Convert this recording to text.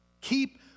Keep